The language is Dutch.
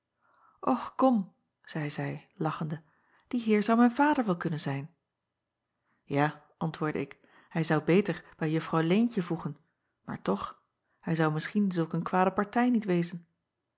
ch kom zeî zij lachende die eer zou mijn vader wel kunnen zijn a antwoordde ik hij zou beter bij uffrouw eentje voegen maar toch hij zou misschien zulk een kwade partij niet wezen